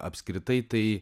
apskritai tai